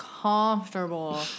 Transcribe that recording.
comfortable